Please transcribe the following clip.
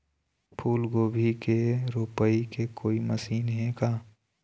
फूलगोभी के रोपाई के कोई मशीन हे का?